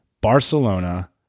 Barcelona